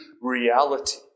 reality